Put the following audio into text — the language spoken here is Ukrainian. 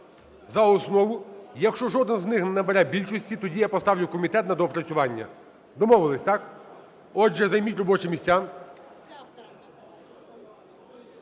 за основу. Якщо жоден з них не набере більшості, тоді я поставлю у комітет на доопрацювання. Домовились, так? Отже, займіть робочі місця.